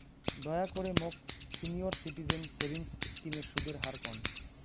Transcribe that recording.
দয়া করে মোক সিনিয়র সিটিজেন সেভিংস স্কিমের সুদের হার কন